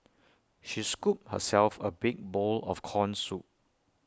she scooped herself A big bowl of Corn Soup